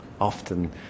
often